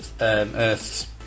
Earth's